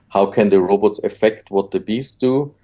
how can the robots affect what the bees do.